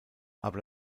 aber